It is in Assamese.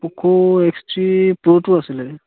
প'ক' এক্স থ্ৰী প্ৰ'টো আছিলে